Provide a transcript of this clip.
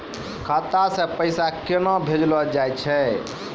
खाता से पैसा केना भेजलो जाय छै?